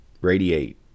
radiate